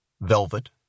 velvet